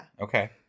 Okay